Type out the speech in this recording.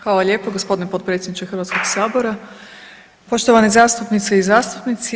Hvala lijepo gospodine potpredsjedniče Hrvatskog sabora, poštovane zastupnice i zastupnici.